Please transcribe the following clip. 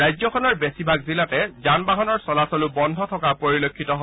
ৰাজ্যখনৰ বেছিভাগ জিলাতে যান বাহনৰ চলাচলো বন্ধ থকা পৰিলক্ষিত হয়